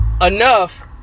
enough